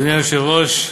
אדוני היושב-ראש,